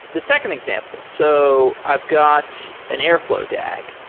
the second example. so i've got an airfl ow dag.